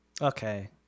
okay